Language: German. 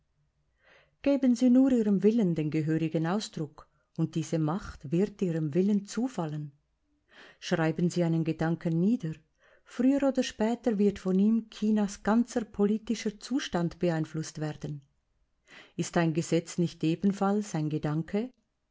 geben sie nur ihrem willen den gehörigen ausdruck und diese macht wird ihrem willen zufallen schreiben sie einen gedanken nieder früher oder später wird von ihm chinas ganzer politischer zustand beeinflußt werden ist ein gesetz nicht ebenfalls ein gedanke